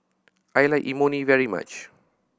I like Imoni very much